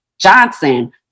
Johnson